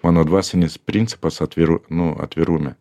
mano dvasinis principas atviru nu atvirume